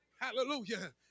Hallelujah